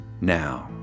Now